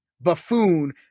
buffoon